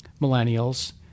millennials